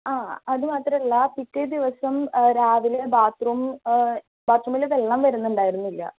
ആ അതുമാത്രല്ല പിറ്റേ ദിവസം രാവിലെ ബാത്റൂം ബാത്റൂമില് വെള്ളം വരുന്നുണ്ടായിരുന്നില്ല